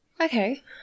Okay